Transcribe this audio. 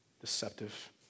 deceptive